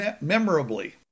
memorably